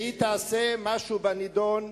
שהיא תעשה משהו בנדון,